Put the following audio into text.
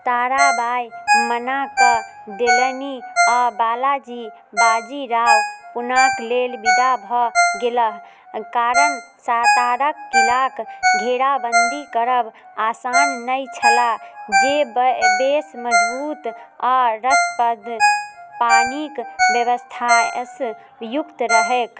ताराबाइ मनाकऽ देलनि आओर बालाजी बाजीराव पूनाके लेल विदा भऽ गेलाह कारण सताराके किलाके घेराबन्दी करब आसान नहि छलऽ जे बेस मजबूत आओर रसद पानीके बेबस्थासँ युक्त रहै